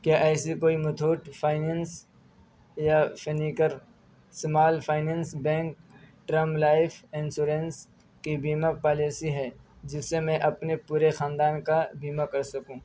کیا ایسی کوئی متھوٹ فائننس یا Fincare Small Finance Bank term life insurance کی بیمہ پالیسی ہے جس سے میں اپنے پورے خاندان کا بیمہ کر سکوں